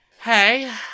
Hey